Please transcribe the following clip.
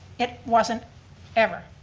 it wasn't ever.